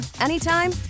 anytime